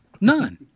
None